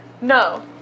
no